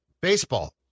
baseball